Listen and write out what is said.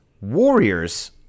Warriors